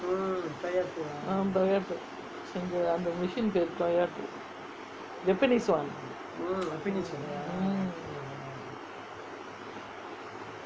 ah Toyato அந்த:antha machine பேரு:peru Toyato japanese [one] mm